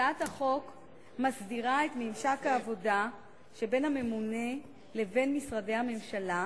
הצעת החוק מסדירה את ממשק העבודה שבין הממונה לבין משרדי הממשלה,